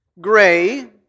gray